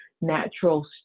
natural